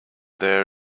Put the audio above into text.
there